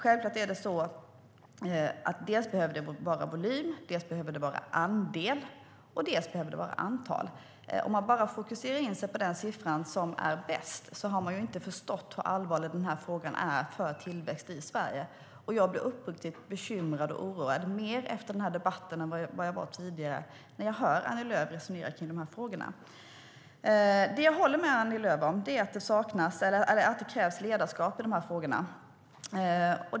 Självklart behöver det vara dels volym, dels andel och dels antal. Om man bara fokuserar på den siffra som är bäst har man inte förstått hur allvarlig frågan är för tillväxt i Sverige. Jag blir uppriktigt bekymrad och oroad, mer efter den här debatten än jag var tidigare, när jag hör Annie Lööf resonera kring de här frågorna. Det som jag håller med Annie Lööf om är att det krävs ledarskap i frågorna.